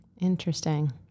Interesting